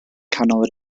canol